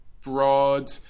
broad